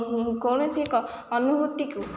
କୌଣସି ଏକ ଅନୁଭୂତି କୁ